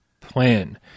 plan